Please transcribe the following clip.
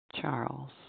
Charles